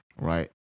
right